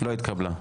לא התקבלה.